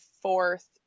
fourth